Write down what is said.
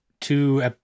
two